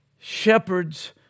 shepherds